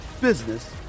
business